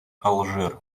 алжир